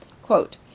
Quote